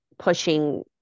pushing